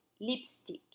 lipstick